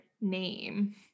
name